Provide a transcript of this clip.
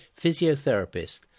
physiotherapist